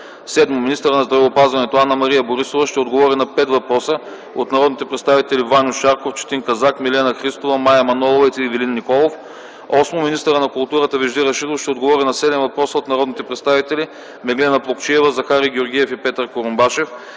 7. Министърът на здравеопазването Анна-Мария Борисова ще отговори на пет въпроса от народните представители Ваньо Шарков; Четин Казак; Милена Христова; Мая Манолова и Ивелин Николов. 8. Министърът на културата Вежди Рашидов ще отговори на седем въпроса от народните представители Меглена Плугчиева, Захари Георгиев и Петър Курумбашев,